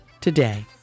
today